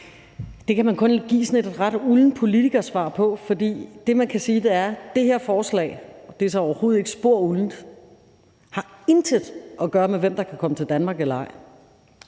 Det kan man kun give sådan et ret uldent politikersvar på. For det, man kan sige – og det er så overhovedet ikke spor uldent – er, at det her forslag intet har at gøre med, hvem der kan komme til Danmark eller ej.